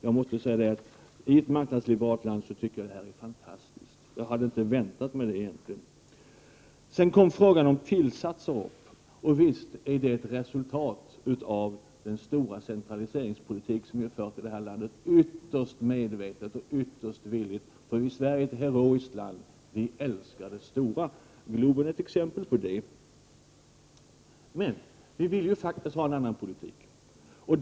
Jag måste säga att i ett marknadsliberalt land är det här fantastiskt. Jag hade egentligen inte väntat mig det. Sedan kom frågan om tillsatser upp, och visst är det ett resultat av den centraliseringspolitik som har förts i det här landet — ytterst medvetet och ytterst villigt. Sverige är ett heroiskt land. Vi älskar det stora. Globen är ett exempel på det. Vi vill emellertid ha en annan politik.